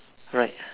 right